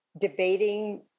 debating